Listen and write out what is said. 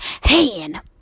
hand